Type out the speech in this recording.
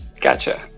Gotcha